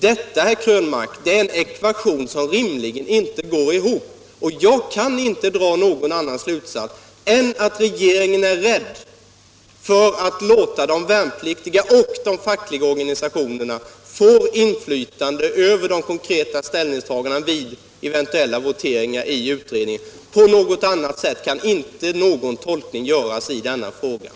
Det är, herr Krönmark, en ekvation som rimligen inte går ihop. Jag kan inte dra någon annan slutsats än att regeringen är rädd för att låta de värnpliktiga och de fackliga organisationerna få inflytande över de konkreta ställningstagandena vid eventuella voteringar i utredningen. Man kan inte göra någon annan tolkning av försvarsministerns uttalande i denna kammare.